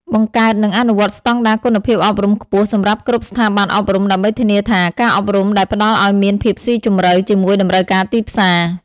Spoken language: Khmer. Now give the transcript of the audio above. បង្កើត និងអនុវត្តស្តង់ដារគុណភាពអប់រំខ្ពស់សម្រាប់គ្រប់ស្ថាប័នអប់រំ ដើម្បីធានាថាការអប់រំដែលផ្តល់ឱ្យមានភាពស៊ីជម្រៅជាមួយតម្រូវការទីផ្សារ។